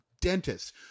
Dentist